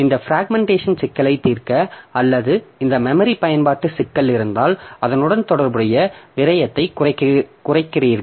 இந்த பிராக்மென்ட்டேஷன் சிக்கலைத் தீர்க்க அல்லது இந்த மெமரி பயன்பாட்டு சிக்கல் இருந்தால் அதனுடன் தொடர்புடைய விரயத்தை குறைக்கிறீர்கள்